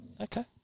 Okay